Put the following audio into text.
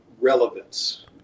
relevance